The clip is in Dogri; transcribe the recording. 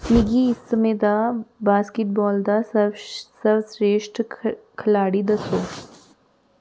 मिगी इस हफ्ते दे बास्केटबाल दा सर्वश्रेश्ठ खढारी दस्सो